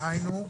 דהיינו,